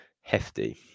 hefty